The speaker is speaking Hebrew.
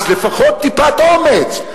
אז לפחות טיפת אומץ.